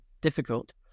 difficult